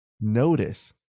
notice